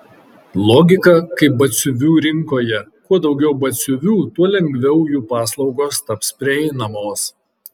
logika kaip batsiuvių rinkoje kuo daugiau batsiuvių tuo lengviau jų paslaugos taps prieinamos